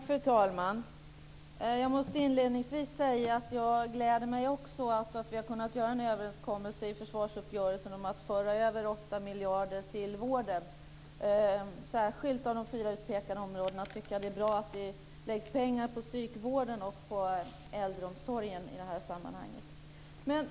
Fru talman! Jag måste inledningsvis säga att också jag gläder mig åt att vi i försvarsuppgörelsen har kunnat nå en överenskommelse om att föra över 8 miljarder till vården. Av de fyra särskilt utpekade områdena tycker jag att det är bra att man lägger pengar på psykvården och äldreomsorgen.